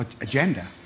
agenda